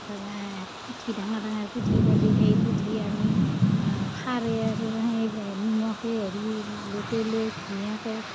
তাপা হা পুঠি ডাঙৰ ডাঙৰ পুঠি পালে সেই পুঠি আমি খাৰে আৰু সেই নিমখে হেৰি লেটেই লৈ ধুনীয়াকৈ